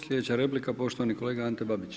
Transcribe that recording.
Sljedeća replika poštovani kolega Ante Babić.